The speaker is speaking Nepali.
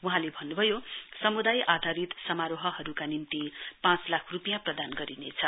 वहाँले भन्नुभयो समुदाय आर्धारित समारोहहरुका निम्ति पाँच लाख रुपियाँ प्रदान गरिनेछ